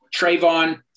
Trayvon